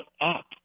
up